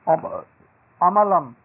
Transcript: Amalam